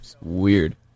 weird